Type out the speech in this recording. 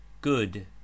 Good